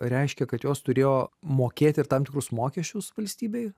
reiškia kad jos turėjo mokėti ir tam tikrus mokesčius valstybei